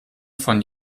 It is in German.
von